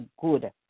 good